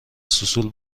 سوسول